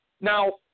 Now